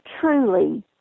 truly